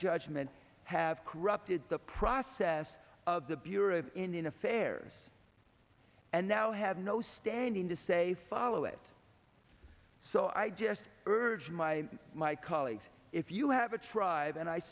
judgment have corrupted the process of the bureau of indian affairs and now have no standing to say follow it so i just urge my my colleagues if you have a tribe and i